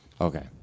Okay